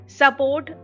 support